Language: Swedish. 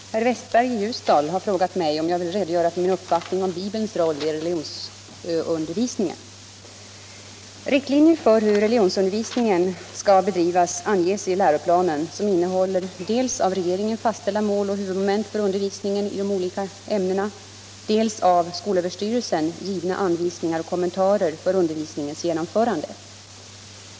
71, och anförde: Herr talman! Herr Westberg i Ljusdal har frågat mig om jag vill redogöra för min uppfattning om Bibelns roll i religionsundervisningen. Riktlinjer för hur religionsundervisningen skall bedrivas anges i läroplanen, som innehåller dels av regeringen fastställda mål och huvudmoment för undervisningen i de olika ämnena, dels av skolöverstyrelsen givna anvisningar och kommentarer för undervisningens genomförande.